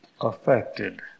affected